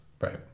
Right